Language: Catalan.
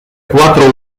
quatre